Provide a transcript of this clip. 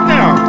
Now